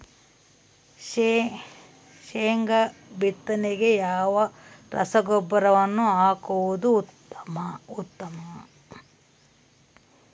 ಶೇಂಗಾ ಬಿತ್ತನೆಗೆ ಯಾವ ರಸಗೊಬ್ಬರವನ್ನು ಹಾಕುವುದು ಉತ್ತಮ?